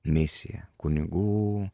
misija kunigų